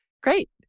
Great